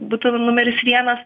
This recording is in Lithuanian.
būtų numeris vienas